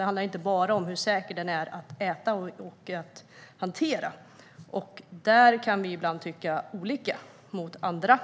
Det handlar inte bara om hur säker den är att äta och hantera. Där kan vi ibland tycka olika än andra